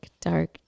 dark